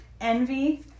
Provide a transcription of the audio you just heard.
Envy